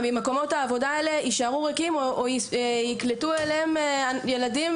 ממקומות העבודה האלה יישארו ריקים או ייקלטו אליהם ילדים,